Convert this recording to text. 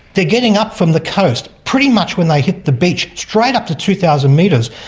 they're getting up from the coast, pretty much when they hit the beach, straight up to two thousand metres.